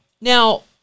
Now